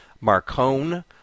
Marcone